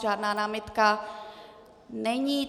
Žádná námitka není.